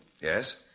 Yes